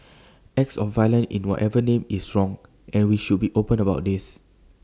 acts of violence in whatever name is wrong and we should be open about this